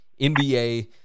NBA